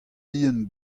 bihan